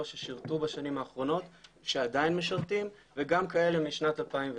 ששירתו בשנים האחרונות ושעדיין משרתים וגם כאלה משנת 2020,